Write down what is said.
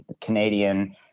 Canadian